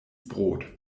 brot